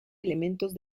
elementos